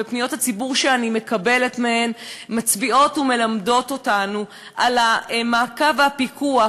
ופניות הציבור שאני מקבלת מהם מצביעות ומלמדות אותנו על המעקב והפיקוח,